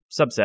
subset